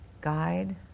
guide